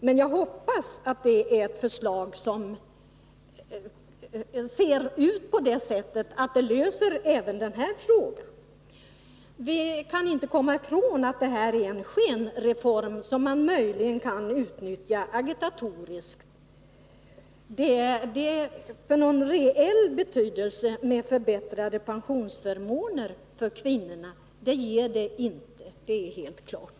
Men jag hoppas att det förslaget ser ut på det sättet att det löser även denna fråga. Vi kan inte komma ifrån att detta är en skenreform, som man möjligen kan utnyttja agitatoriskt. Någon reell betydelse i form av förbättrade pensionsförmåner för kvinnorna har det inte — det är helt klart.